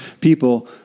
people